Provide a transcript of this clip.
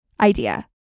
idea